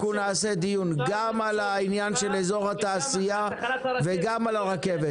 אנחנו נעשה דיון גם על אזור התעשייה וגם על הרכבת.